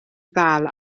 ddal